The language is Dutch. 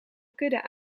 kudde